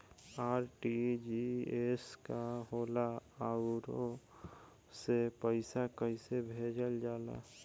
RTGS का होला आउरओ से पईसा कइसे भेजल जला?